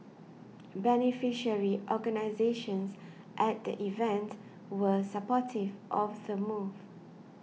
beneficiary organisations at the event were supportive of the move